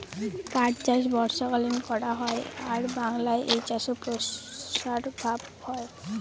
পাট চাষ বর্ষাকালীন করা হয় আর বাংলায় এই চাষ প্রসার ভাবে হয়